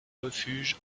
refuge